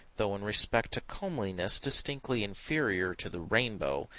though in respect to comeliness distinctly inferior to the rainbow,